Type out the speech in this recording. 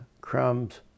crumbs